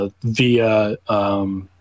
via